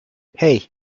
hey